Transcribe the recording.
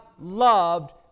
loved